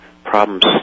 problems